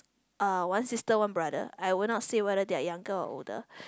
uh one sister one brother I will not say whether they are younger or older